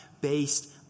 based